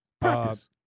Practice